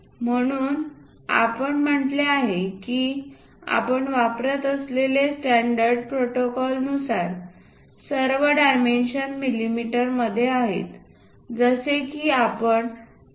म्हणूनआपण म्हटले आहे की आपण वापरत असलेल्या स्टॅंडर्ड प्रोटोकॉलनुसार सर्व डायमेन्शन मिमीमध्ये आहेत जसे की आपण 1